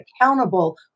accountable